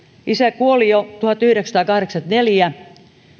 isä kuoli jo tuhatyhdeksänsataakahdeksankymmentäneljä